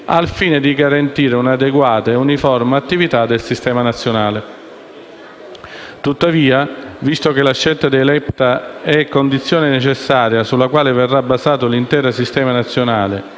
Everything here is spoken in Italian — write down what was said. al fine di assicurare una adeguata e uniforme attività del Sistema nazionale. Tuttavia, visto che la scelta dei LEPTA è condizione necessaria sulla quale verrà basato l'intero Sistema nazionale,